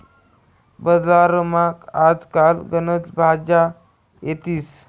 बजारमा आज काल गनच भाज्या येतीस